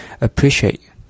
appreciate